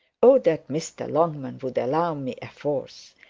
oh, that mr longman would allow me a fourth!